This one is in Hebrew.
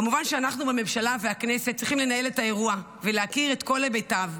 כמובן שאנחנו בממשלה ובכנסת צריכים לנהל את האירוע ולהכיר את כל היבטיו,